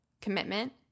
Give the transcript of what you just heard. commitment